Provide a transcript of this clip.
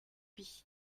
lui